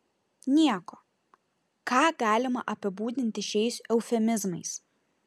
nieko ką galima apibūdinti šiais eufemizmais